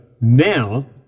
now